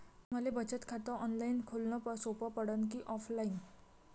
मले बचत खात ऑनलाईन खोलन सोपं पडन की ऑफलाईन?